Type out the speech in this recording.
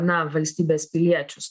na valstybės piliečius